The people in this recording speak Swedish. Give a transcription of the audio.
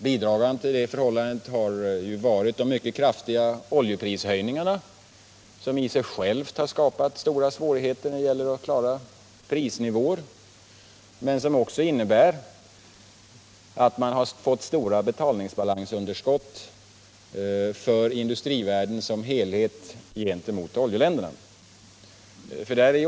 Bidragande till detta har ju varit de mycket kraftiga oljeprishöjningarna, som inte bara har skapat stora svårigheter att bevara olika prisnivåer utan också medfört att industrivärlden som helhet fått stora betalningsbalansunderskott gentemot oljeländerna.